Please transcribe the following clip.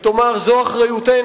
ותאמר: זאת אחריותנו,